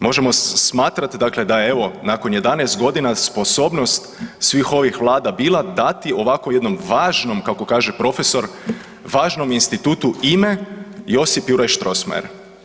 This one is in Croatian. Možemo smatrat dakle da je evo nakon 11.g. sposobnost svih ovih vlada bila dati ovako jednom važnom, kako kaže profesor, važnom institutu ime „Josip Juraj Strossmayer“